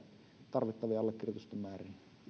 tarvittavia allekirjoitusten määriä